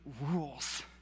rules